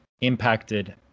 impacted